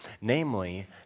namely